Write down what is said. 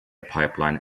pipeline